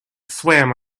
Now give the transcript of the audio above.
swam